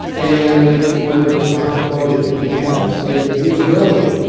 and one of the responsibilities that he has is usability.